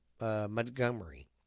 Montgomery